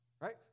right